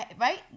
Right